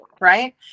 right